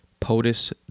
POTUS